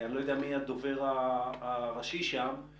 אני לא יודע מי הדובר הראשי שם.